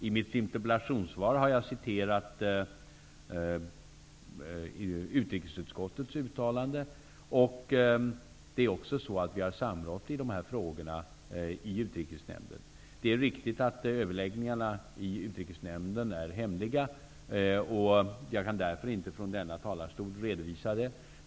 I mitt interpellationssvar har jag citerat utrikesutskottets uttalande. Regeringen har också samrått i dessa frågor i utrikesnämnden. Det är riktigt att överläggningarna i utrikesnämnden är hemliga. Jag kan därför inte från denna talarstol redovisa dem.